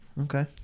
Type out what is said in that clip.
Okay